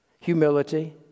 humility